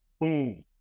Boom